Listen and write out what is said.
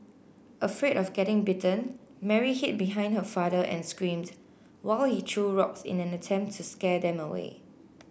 afraid of getting bitten Mary hid behind her father and screamed while he threw rocks in an attempt to scare them away